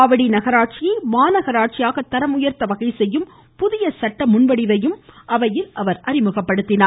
ஆவடி நகராட்சியை மாநகராட்சியாக தரம் உயர்த்த வகை செய்யும் புதிய சட்டமுன் வடிவையும் அவையில் அறிமுகப்படுத்தினார்